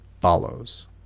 follows